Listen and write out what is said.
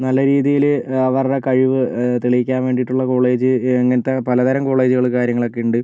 നല്ല രീതിയില് അവരുടെ കഴിവ് തെളിയിക്കാൻ വേണ്ടിയിട്ടുള്ള കോളേജ് അങ്ങനത്തെ പലതരം കോളേജുകള് കാര്യങ്ങളൊക്കെ ഉണ്ട്